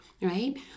right